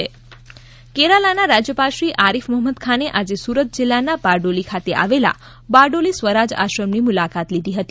કેરાલા રાજ્યપાલ કેરાલાના રાજયપાલ શ્રી આરીફ મોહંમદ ખાને આજે સુરત જિલ્લાના બારડોલી ખાતે આવેલા બારડોલી સ્વરાજ આશ્રમની મુલાકાત લીધી હતી